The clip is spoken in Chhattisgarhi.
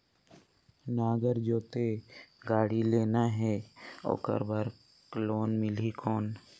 नागर जोते गाड़ी लेना हे ओकर बार लोन मिलही कौन?